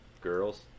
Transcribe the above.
Girls